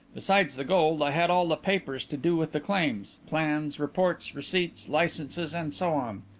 besides the gold, i had all the papers to do with the claims plans, reports, receipts, licences and so on.